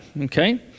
Okay